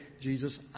Jesus